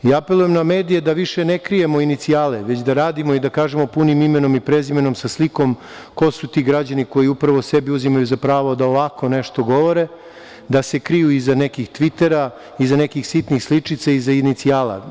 Apelujem na medije da više ne krijemo inicijale, već da radimo i da kažemo punim imenom i prezimenom, sa slikom ko su ti građani koji upravo sebi uzimaju za pravo da ovako nešto govore, da se kriju iza nekih Tvitera, iza nekih sitnih sličica i iza inicijala.